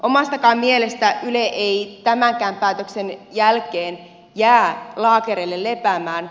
omastakaan mielestäni yle ei tämänkään päätöksen jälkeen jää laakereilleen lepäämään